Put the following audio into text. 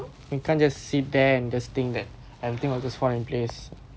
true